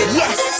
yes